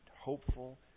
hopeful